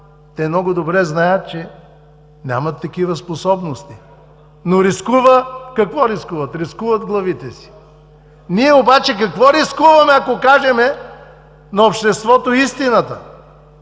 Те много добре знаят, че нямат такива способности, но какво рискуват – рискуват главите си. Ние обаче какво рискуваме, ако кажем на обществото истината?!